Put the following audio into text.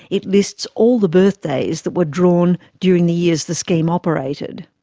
it lists all the birthdays that were drawn during the years the scheme operated.